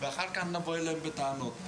ואחר כך נבוא אליהם בטענות.